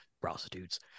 prostitutes